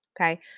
Okay